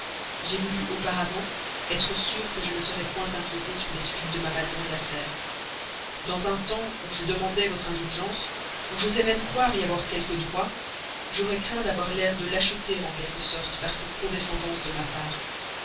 j'ai voulu auparavant attendre d'être sûr que je ne serais point inquiété sur les suites de ma malheureuse affaire dans un temps où je demandais votre indulgence où j'osais même croire y avoir quelques droits j'aurais craint d'avoir l'air de l'acheter en quelque sorte par cette condescendance de ma part